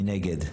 מי נגד?